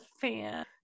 fan